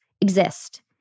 exist